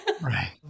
Right